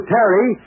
Terry